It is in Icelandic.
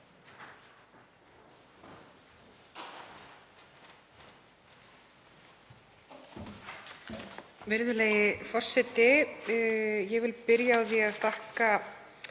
Virðulegi forseti. Ég vil byrja á því að þakka